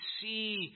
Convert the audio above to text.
see